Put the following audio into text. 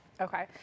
Okay